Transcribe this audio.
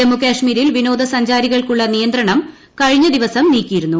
ജമ്മുകാശ്മീരിൽ വിനോദസഞ്ചാരികൾക്കുള്ള നിയന്ത്രണം കഴിഞ്ഞ ദിവസം നീക്കിയിരുന്നു